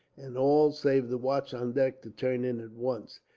and all, save the watch on deck, to turn in at once.